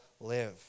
live